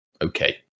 Okay